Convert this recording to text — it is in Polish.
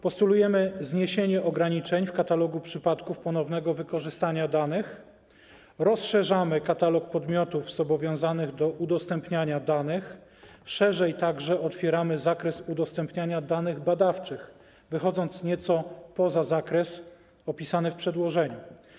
Postulujemy zniesienie ograniczeń w katalogu przypadków ponownego wykorzystania danych, rozszerzamy katalog podmiotów zobowiązanych do udostępniania danych, szerzej także otwieramy zakres udostępniania danych badawczych, wychodząc nieco poza zakres opisany w przedłożeniu.